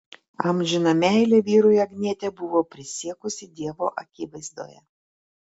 amžiną meilę vyrui agnietė buvo prisiekusi dievo akivaizdoje